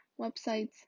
websites